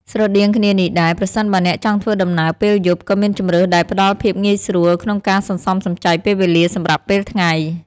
ស្រដៀងគ្នានេះដែរ ប្រសិនបើអ្នកចង់ធ្វើដំណើរពេលយប់ ក៏មានជម្រើសដែលផ្តល់ភាពងាយស្រួលក្នុងការសន្សំសំចៃពេលវេលាសម្រាប់ពេលថ្ងៃ។